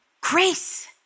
grace